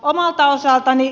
omalta osaltani